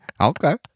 Okay